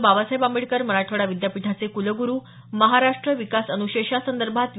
बाबासाहेब आंबेडकर मराठवाडा विद्यापीठाचे कुलगुरु महाराष्ट्र विकास अनुशेषासंदर्भात वि